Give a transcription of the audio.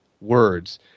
words